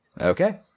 Okay